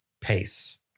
pace